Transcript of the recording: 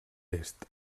est